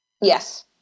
Yes